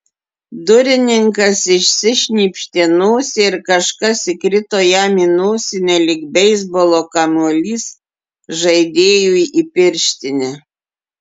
durininkas išsišnypštė nosį ir kažkas įkrito jam į nosinę lyg beisbolo kamuolys žaidėjui į pirštinę